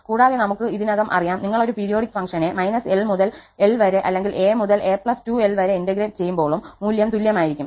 കൂടാതെ ഞങ്ങൾക്ക് ഇതിനകം അറിയാംനിങ്ങൾ ഒരു പീരിയോഡിക് ഫങ്ക്ഷനെ −𝑙 മുതൽ −𝑙 വരെ അല്ലെങ്കിൽ 𝑎 മുതൽ 𝑎 2𝑙 വരെ ഇന്റഗ്രേറ്റ് ചെയ്യുമ്പോളും മൂല്യം തുല്യമായിരിക്കും